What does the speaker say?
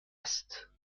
است